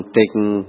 taking